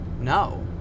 No